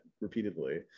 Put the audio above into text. repeatedly